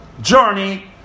journey